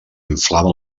inflava